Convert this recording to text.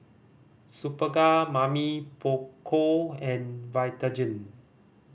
Superga Mamy Poko and Vitagen